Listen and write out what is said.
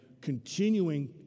continuing